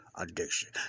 addiction